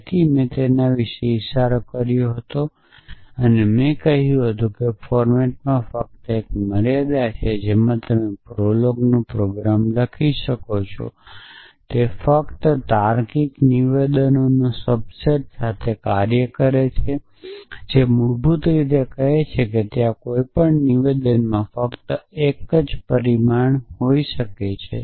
તેથી મેં તે વિશે ઇશારો કર્યો હતો જ્યારે મેં કહ્યું હતું કે ફોર્મેટમાં ફક્ત એક મર્યાદા છે જેમાં તમે પ્રોલોગપ્રોગ્રામ લખી શકો છો તે ફક્ત તાર્કિક નિવેદનોનાસબસેટ સાથે કાર્ય કરે છે જે મૂળભૂત રીતે કહે છે કે ત્યાં કોઈપણ નિવેદનમાં ફક્ત 1 પરિણામ હોઈ શકે છે